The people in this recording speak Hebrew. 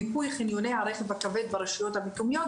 מיפוי חניוני הרכב הכבד ברשויות המקומיות,